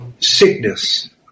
sickness